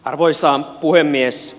arvoisa puhemies